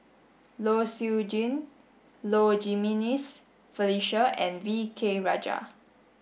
Low Siew Nghee Low Jimenez Felicia and V K Rajah